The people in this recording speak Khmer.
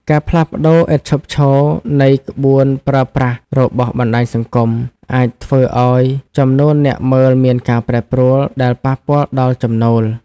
ការផ្លាស់ប្តូរឥតឈប់ឈរនៃក្បួនប្រើប្រាស់ របស់បណ្តាញសង្គម អាចធ្វើឱ្យចំនួនអ្នកមើលមានការប្រែប្រួលដែលប៉ះពាល់ដល់ចំណូល។